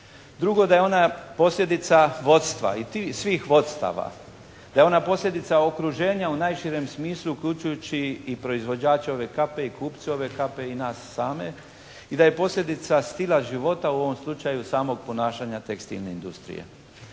Drugo, da je ona posljedica vodstva i svih vodstava, da je ona posljedica okruženja u najširem smislu uključujući i proizvođače ove kape i kupce ove kape i nas same i da je posljedica stila života u ovom slučaju samog ponašanja tekstilne industrije.